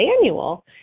annual